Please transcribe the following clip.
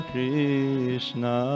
Krishna